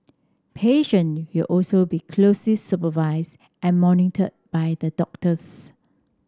patient will also be supervised and monitored by the doctors